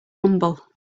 humble